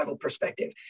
perspective